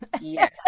Yes